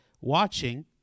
watching